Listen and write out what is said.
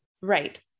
Right